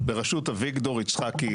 בראשות אביגדור יצחקי,